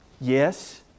Yes